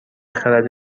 خرد